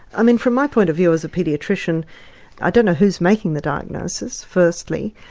i mean from my point of view as a paediatrician i don't know who's making the diagnosis firstly,